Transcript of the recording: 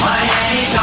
Miami